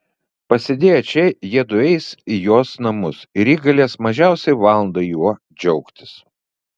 pasėdėję čia jiedu eis į jos namus ir ji galės mažiausiai valandą juo džiaugtis